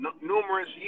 numerous